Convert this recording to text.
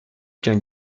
qu’un